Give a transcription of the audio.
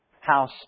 House